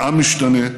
העם משתנה,